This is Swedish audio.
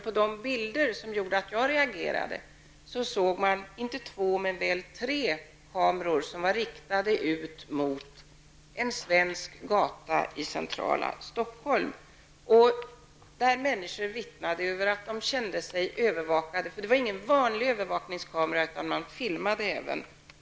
På de bilder som gjorde att jag reagerade såg man inte två men väl tre kameror, som var riktade ut mot en svensk gata i centrala Stockholm. Människor vittnade om att de kände sig övervakade. Det var nämligen ingen vanlig övervakningskamera, utan man filmade också.